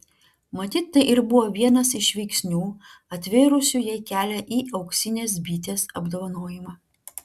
matyt tai ir buvo vienas iš veiksnių atvėrusių jai kelią į auksinės bitės apdovanojimą